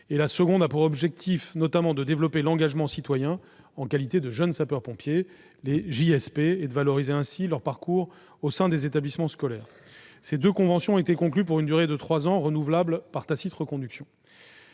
La seconde a pour objet, notamment, de développer l'engagement citoyen en qualité de jeune sapeur-pompier, ou JSP, et de valoriser ainsi le parcours de ces jeunes au sein des établissements scolaires. Ces deux conventions-cadres ont été conclues pour une durée de trois ans renouvelable par tacite reconduction.